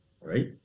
Right